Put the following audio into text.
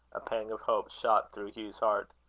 a pang of hope shot through hugh's heart.